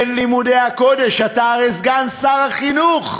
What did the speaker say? בין לימודי הקודש, אתה הרי סגן שר החינוך,